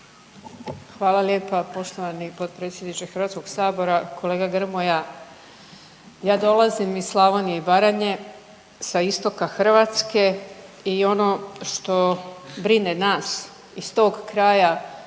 Hvala lijepa poštovani potpredsjedniče HS. Kolega Grmoja, ja dolazim iz Slavonije i Baranje, sa istoka Hrvatske i ono što brine nas iz tog kraja to